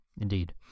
Indeed